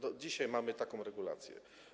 Do dzisiaj mamy taką regulację.